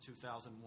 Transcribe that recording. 2001